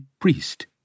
priest